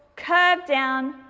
curve down,